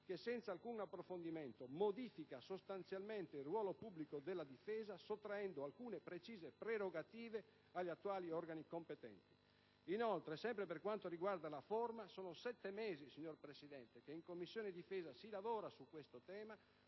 che, senza alcun approfondimento, modifica sostanzialmente il ruolo pubblico della Difesa, sottraendo alcune precise prerogative agli attuali organi competenti. Inoltre, sempre per quanto riguarda la forma, sono sette mesi, signor Presidente, che in Commissione difesa si lavora su questo tema: